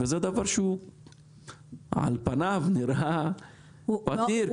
וזה דבר שהוא על פניו נראה אדיר כי הוא קיים.